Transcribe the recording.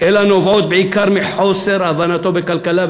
אלא נובעות בעיקר מחוסר הבנתו בכלכלה,